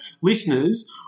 listeners